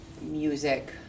music